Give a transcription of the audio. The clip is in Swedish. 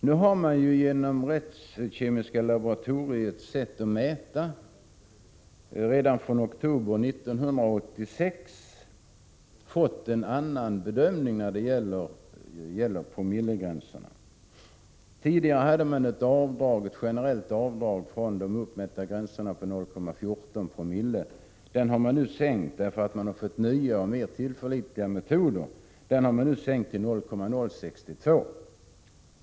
Vi har genom rättskemiska laboratoriets sätt att mäta redan från oktober 1986 fått till stånd en annan bedömning när det gäller promillegränserna. Tidigare gjorde man ett generellt avdrag från de uppmätta värdena på 0,14 ce. Det har man nu sänkt till 0,062 ce på grund av att man börjat tillämpa nya och mer tillförlitliga metoder.